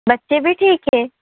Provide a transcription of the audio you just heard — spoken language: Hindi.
बच्चे भी ठीक है